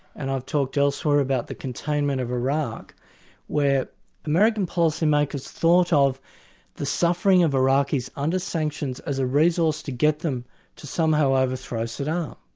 and i've talked elsewhere about the containment of iraq where american policymakers thought ah of the suffering of iraqis under sanctions as a resource to get them to somehow overthrow saddam,